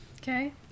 Okay